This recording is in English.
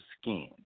skin